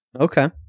Okay